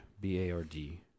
B-A-R-D